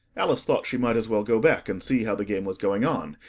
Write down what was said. alice thought she might as well go back, and see how the game was going on,